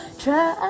try